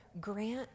grant